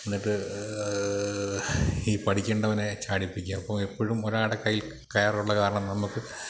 എന്നിട്ട് ഈ പഠിക്കേണ്ടവനെ ചാടിപ്പിടിക്കുക അപ്പോൾ എപ്പോഴും ഒരാളുടെ കയ്യിൽ കയറുള്ളതു കാരണം നമുക്ക്